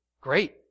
Great